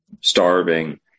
starving